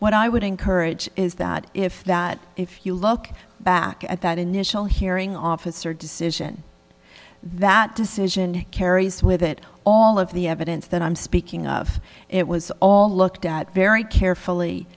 what i would encourage is that if that if you look back at that initial hearing officer decision that decision carries with it all of the evidence that i'm speaking of it was all looked at very carefully